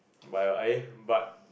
but your eh but